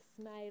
smile